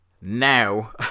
now